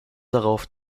darauf